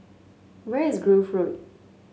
where is Grove Road